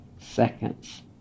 seconds